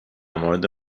مورد